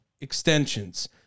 extensions